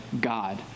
God